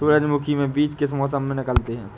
सूरजमुखी में बीज किस मौसम में निकलते हैं?